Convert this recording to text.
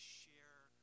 share